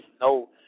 no